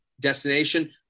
destination